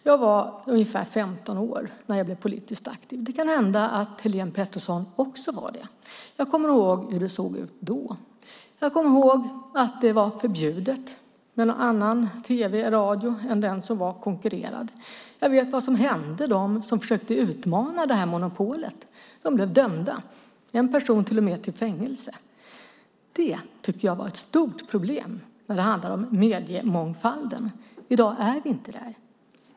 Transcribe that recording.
Jag var ungefär 15 år när jag blev politiskt aktiv. Det kan hända att Helene Petersson också var det. Jag kommer ihåg hur det såg ut då. Jag kommer ihåg att det var förbjudet med någon annan tv och radio än den som ingick i monopolet. Jag vet vad som hände dem som försökte utmana det här monopolet. De blev dömda. En person dömdes till och med till fängelse. Det tycker jag var ett stort problem när det handlar om mediemångfalden. I dag är vi inte där.